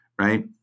right